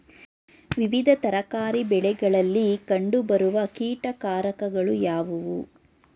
ವಿವಿಧ ತರಕಾರಿ ಬೆಳೆಗಳಲ್ಲಿ ಕಂಡು ಬರುವ ಕೀಟಕಾರಕಗಳು ಯಾವುವು?